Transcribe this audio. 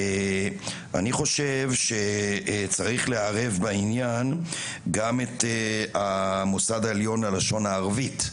אני חושב שצריך לערב בעניין גם את המוסד העליון ללשון הערבית.